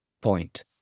point